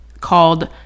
called